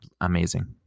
amazing